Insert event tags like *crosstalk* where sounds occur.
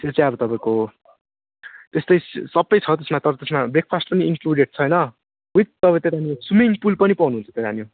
यो चाहिँ अब तपाईँको त्यस्तै सबै छ त्यसमा तर त्यसमा ब्रेकफास्ट पनि इन्क्लुडेड छ हैन विथ *unintelligible* स्विमिङ पुल पनि पाउनुहुन्छ